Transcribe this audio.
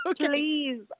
Please